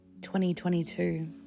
2022